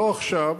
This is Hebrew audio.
לא עכשיו,